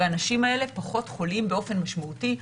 ואנשים אלה פחות חולים באופן משמעותי.